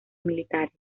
militares